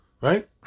Right